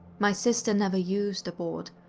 my sister never used a board,